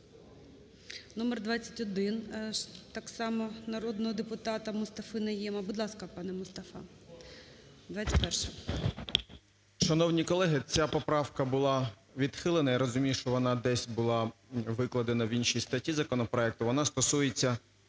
номер 21, так само народного депутата Мустафи Найєма. Будь ласка, пане Мустафа, 21-а. 13:11:36 НАЙЄМ М. . Шановні колеги, ця поправка була відхилена. Я розумію, що вона десь була викладена в іншій статті законопроекту. Вона стосується